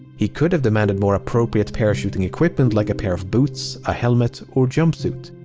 he could have demanded more appropriate parachuting equipment like a pair of boots, a helmet, or jumpsuit.